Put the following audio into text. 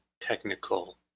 technical